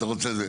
אתה רוצה זה.